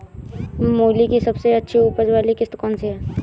मूली की सबसे अच्छी उपज वाली किश्त कौन सी है?